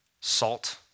salt